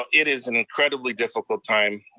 ah it is an incredibly difficult time.